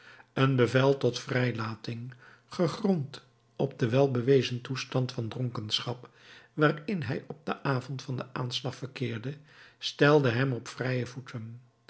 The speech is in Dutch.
een bevel tot vrijlating gegrond op den wel bewezen toestand van dronkenschap waarin hij op den avond van den aanslag verkeerde stelde hem op vrije voeten